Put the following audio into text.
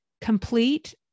complete